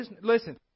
Listen